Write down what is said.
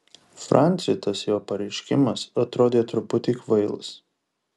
franciui tas jo pareiškimas atrodė truputį kvailas